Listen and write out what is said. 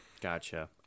Gotcha